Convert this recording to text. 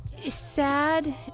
sad